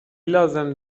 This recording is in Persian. لازم